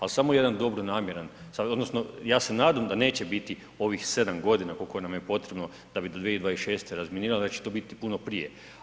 Ali samo jedan dobronamjeran, odnosno ja se nadam da neće biti ovih 7 godina koliko nam je potrebno da bi do 2026. razminirali, da će to biti puno prije.